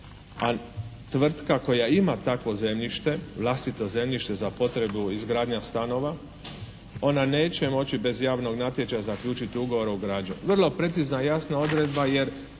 a tvrtka koja ima takvo zemljište, vlastito zemljište za potrebu izgradnja stanova ona neće moći bez javnog natječaja zaključiti ugovor o građenju. Vrlo precizna jasna odredba jer